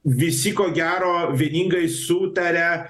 visi ko gero vieningai sutaria